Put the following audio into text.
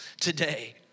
today